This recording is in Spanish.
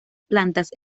plantas